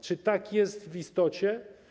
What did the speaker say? Czy tak jest w istocie?